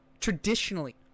Traditionally